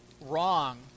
wrong